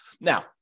Now